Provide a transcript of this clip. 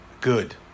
good